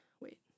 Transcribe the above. wait